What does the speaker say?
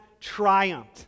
triumphed